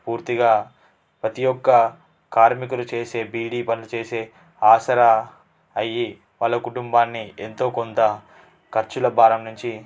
పూర్తిగా ప్రతి ఒక్క కార్మికులు చేసే బీడీ పనులు చేసే ఆసరా అయ్యి వాళ్ళ కుటుంబాన్ని ఎంతో కొంత ఖర్చుల భారం నుంచి